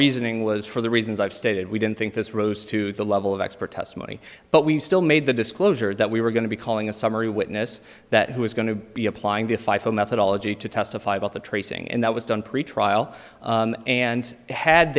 reasoning was for the reasons i've stated we didn't think this rose to the level of expert testimony but we still made the disclosure that we were going to be calling a summary witness that who is going to be applying to five full methodology to testify about the tracing and that was done pretrial and had